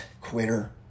Quitter